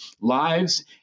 lives